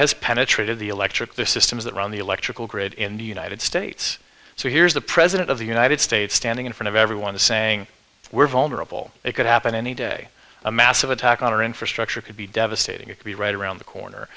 has penetrated the electric the systems that run the electrical grid in the united states so here's the president of the united states standing in front of everyone is saying we're vulnerable it could happen any day a massive attack on our infrastructure could be devastating or could be right around the corner